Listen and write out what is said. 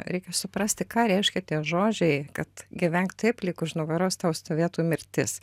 reikia suprasti ką reiškia tie žodžiai kad gyvenk taip lyg už nugaros tau stovėtų mirtis